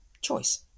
choice